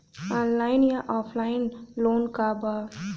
Online या offline loan का बा?